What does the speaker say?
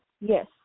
Yes